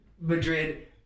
Madrid